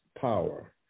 power